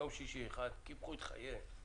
יום שישי אחד קיפחו את חייהן.